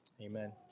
Amen